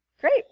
Great